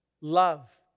love